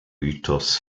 mythos